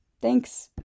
Thanks